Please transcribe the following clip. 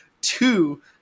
two